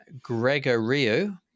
Gregorio